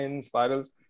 spirals